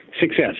success